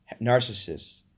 Narcissists